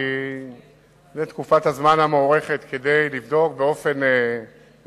כי זאת תקופת הזמן המוערכת כדי לבדוק תוצאות באופן מחקרי.